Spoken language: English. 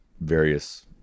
various